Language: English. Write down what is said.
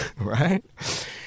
Right